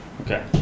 Okay